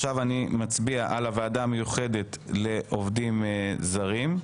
אני מצביע עכשיו על הוועדה המיוחדת לעובדים זרים,